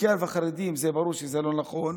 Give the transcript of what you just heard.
בקרב החרדים זה ברור שזה לא נכון.